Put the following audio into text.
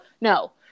no